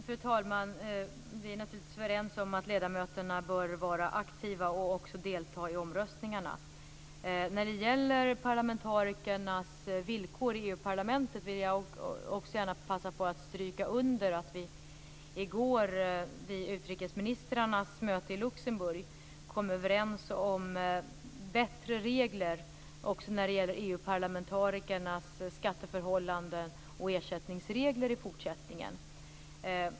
Fru talman! Vi är naturligtvis överens om att ledamöterna bör vara aktiva och också delta i omröstningarna. När det gäller parlamentarikernas villkor i EU parlamentet vill jag passa på att i detta sammanhang stryka under att vi i går vid utrikesministrarnas möte i Luxemburg kom överens om bättre regler i fortsättningen också för EU-parlamentarikernas skatteförhållanden och ersättningar.